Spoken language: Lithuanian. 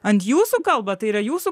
ant jūsų kalba tai yra jūsų